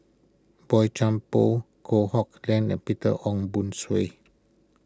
Boey Chuan Poh Kok Heng Leun and Peter Ong Boon Kwee